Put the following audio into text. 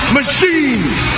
machines